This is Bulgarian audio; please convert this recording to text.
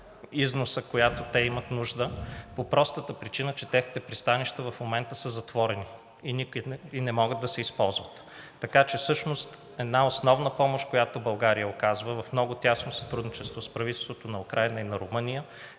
износа, която те имат нужда по простата причина, че техните пристанища в момента са затворени и не могат да се използват. Така че всъщност една основна помощ, която България оказва в много тясно сътрудничество с правителството на Украйна и на Румъния,